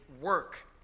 work